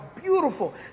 beautiful